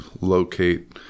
locate